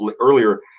earlier